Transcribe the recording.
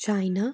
China